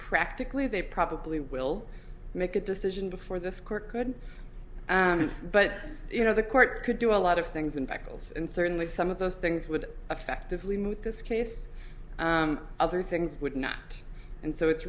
practically they probably will make a decision before this court could but you know the court could do a lot of things in battles and certainly some of those things would affectively moot this case other things would not and so it's